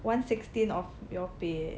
one sixteenth of your pay eh